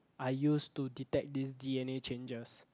are used to detect this d_n_a changes